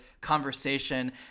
conversation